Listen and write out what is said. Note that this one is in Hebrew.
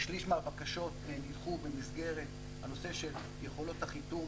כשליש מהבקשות נדחו במסגרת הנושא של יכולות החיתום